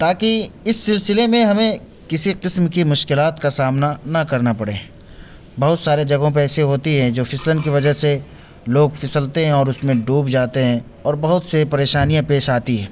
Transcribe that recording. تاکہ اس سلسلے میں ہمیں کسی قسم کی مشکلات کا سامنا نہ کرنا پڑے بہت سارے جگہوں پہ ایسے ہوتی ہے جو پھسلن کی وجہ سے لوگ پھسلتے ہیں اور اس میں ڈوب جاتے ہیں اور بہت سے پریشانیاں پیش آتی ہے